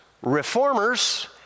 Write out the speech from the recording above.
reformers